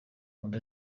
undi